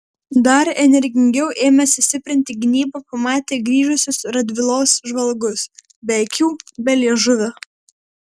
dar energingiau ėmėsi stiprinti gynybą pamatę grįžusius radvilos žvalgus be akių be liežuvio